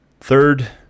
Third